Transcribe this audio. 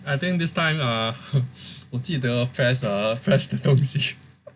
I think this time ah 你记得 press err press 那个东西